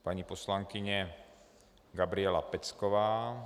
Paní poslankyně Gabriela Pecková.